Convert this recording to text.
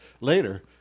later